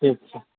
ठीक छै